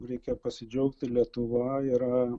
reikia pasidžiaugti lietuva yra